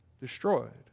destroyed